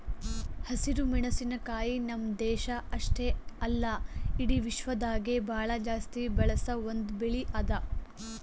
ಹಸಿರು ಮೆಣಸಿನಕಾಯಿ ನಮ್ಮ್ ದೇಶ ಅಷ್ಟೆ ಅಲ್ಲಾ ಇಡಿ ವಿಶ್ವದಾಗೆ ಭಾಳ ಜಾಸ್ತಿ ಬಳಸ ಒಂದ್ ಬೆಳಿ ಅದಾ